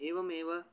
एवमेव